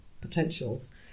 potentials